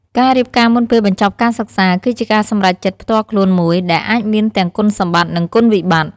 ការរៀបការមុនពេលបញ្ចប់ការសិក្សាគឺជាការសម្រេចចិត្តផ្ទាល់ខ្លួនមួយ ដែលអាចមានទាំងគុណសម្បត្តិ និងគុណវិបត្តិ។